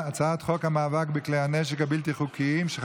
63,